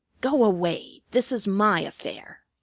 go away! this is my affair.